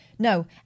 No